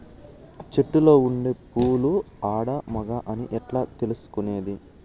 చెట్టులో ఉండే పూలు ఆడ, మగ అని ఎట్లా తెలుసుకునేది?